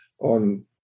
on